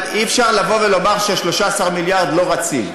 אבל אי-אפשר לומר ש-13 המיליארד לא רצים.